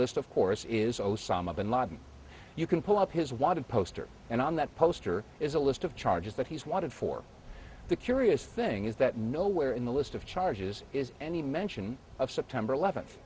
list of course is osama bin laden you can pull up his wanted poster and on that poster is a list of charges that he's wanted for the curious thing is that nowhere in the list of charges is any mention of september eleventh